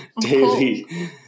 daily